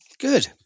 Good